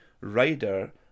rider